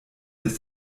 des